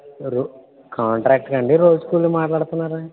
రో కాంట్రాక్ట్కా అండి రోజు కూలీకి మాట్లాడతన్నారా